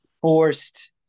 forced